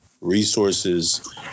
resources